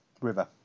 river